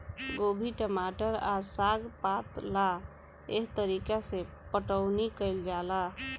गोभी, टमाटर आ साग पात ला एह तरीका से पटाउनी कईल जाला